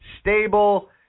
stable